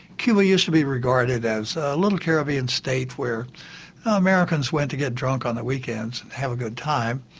cuba used to be regarded as a little caribbean state where americans went to get drunk on the weekends, have a good time,